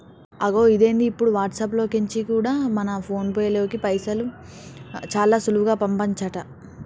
అగొ ఇదేంది ఇప్పుడు వాట్సాప్ లో కెంచి కూడా మన ఫోన్ పేలోకి పైసలు చాలా సులువుగా పంపచంట